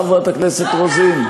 חברת הכנסת רוזין?